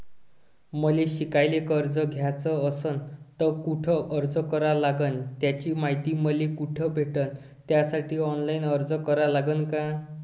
मले शिकायले कर्ज घ्याच असन तर कुठ अर्ज करा लागन त्याची मायती मले कुठी भेटन त्यासाठी ऑनलाईन अर्ज करा लागन का?